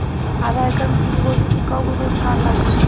आधा एकड़ में फूलगोभी के कव गो थान लागी?